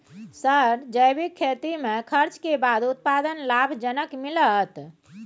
Sir जैविक खेती में खर्च के बाद उत्पादन लाभ जनक मिलत?